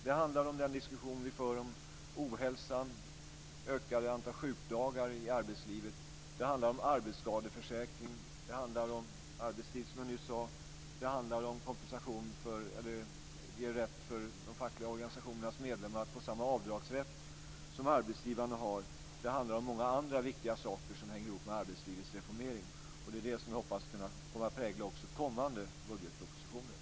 Det handlar om den diskussion vi för om ohälsan och det ökande antalet sjukdagar i arbetslivet och det handlar om arbetsskadeförsäkring, om arbetstid och om att de fackliga organisationernas medlemmar ska få samma avdragsrätt som arbetsgivarna har. Det handlar också om många andra viktiga saker som hänger ihop med arbetslivets reformering, och det är det som jag hoppas kommer att prägla också kommande budgetpropositioner.